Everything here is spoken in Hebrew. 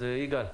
אז יגאל,